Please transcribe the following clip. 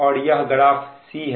और यह graph C है